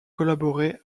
collaboré